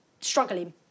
struggling